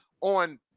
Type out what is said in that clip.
on